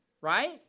right